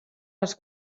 les